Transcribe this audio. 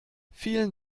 vielen